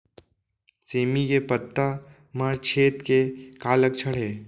सेमी के पत्ता म छेद के का लक्षण हे?